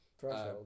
Threshold